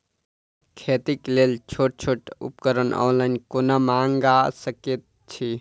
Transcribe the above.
खेतीक लेल छोट छोट उपकरण ऑनलाइन कोना मंगा सकैत छी?